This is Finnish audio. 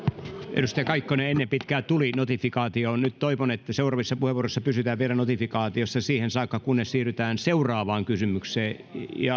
edustaja kaikkonen ennen pitkää tuli notifikaatio nyt toivon että seuraavissa puheenvuoroissa pysytään vielä notifikaatiossa siihen saakka kunnes siirrytään seuraavaan kysymykseen